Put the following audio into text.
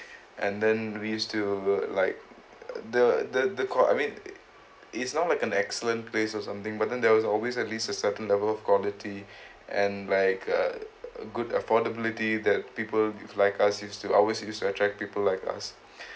and then we still like the the the call I mean it's not like an excellent place or something but then there was always at least a certain level of quality and like a good affordability that people like us used to always used to attract people like us